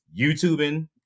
YouTubing